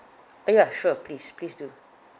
uh ya sure please please do